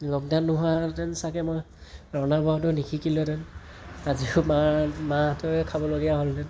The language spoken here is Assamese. লকডাউন নোহোৱাহেঁতেন চাগে মই ৰন্ধা বঢ়াটো নিশিকিলোহেঁতেন আজিও মা মাৰ হাতৰে খাবলগীয়া হ'লহেঁতেন